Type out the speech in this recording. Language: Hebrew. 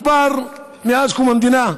מאז קום המדינה,